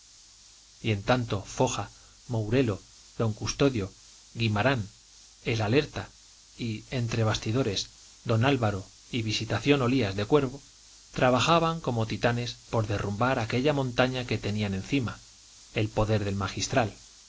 y en tanto foja mourelo don custodio guimarán el alerta y entre bastidores don álvaro y visitación olías de cuervo trabajaban como titanes por derrumbar aquella montaña que tenían encima el poder del magistral